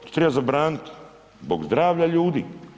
To treba zabraniti zbog zdravlja ljudi.